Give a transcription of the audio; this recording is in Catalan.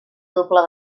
doble